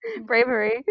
bravery